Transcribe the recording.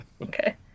Okay